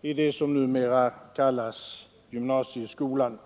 i dare i vissa ämnen det som numera kallas gymnasieskolan.